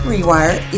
Rewire